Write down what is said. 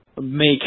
make